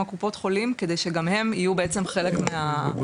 קופות החולים כדי שגם הם יהיו בעצם חלק מהסיבוב.